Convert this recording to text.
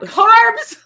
carbs